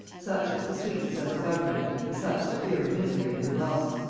such was the sweetness of her government and such the fear of misery in her loss,